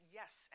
yes